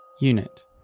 Unit